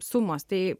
sumos tai